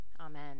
Amen